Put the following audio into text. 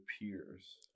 peers